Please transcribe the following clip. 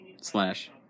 Slash